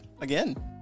Again